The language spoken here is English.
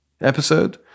episode